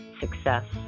success